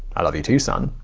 i love you too, son,